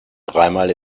dreimal